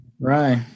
Right